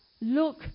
look